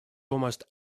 almost